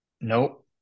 Nope